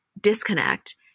disconnect